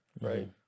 Right